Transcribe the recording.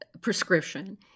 prescription